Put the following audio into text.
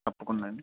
తప్పకుండా అండి